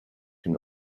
can